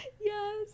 Yes